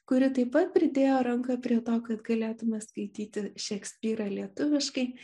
kuri taip pat pridėjo ranką prie to kad galėtume skaityti šekspyrą lietuviškai